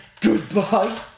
goodbye